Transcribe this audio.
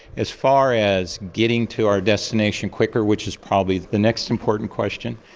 as far as getting to our destination quicker, which is probably the next important question,